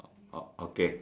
oh oh okay